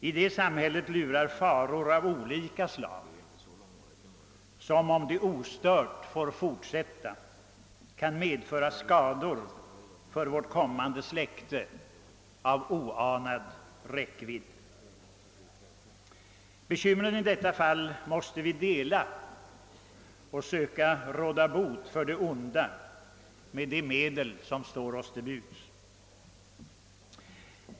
I detta samhälle lurar faror av olika slag, vilka, om de ostört finge fortsätta, kunde medföra skador för vårt kommande släkte av oanad räckvidd. Bekymren måste vi i detta fall dela. Vi måste försöka råda bot på det onda med de medel som står till buds.